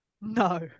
No